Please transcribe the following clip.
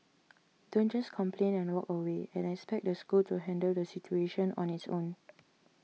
don't just complain and walk away and expect the school to handle the situation on its own